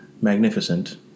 magnificent